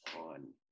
on